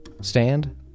Stand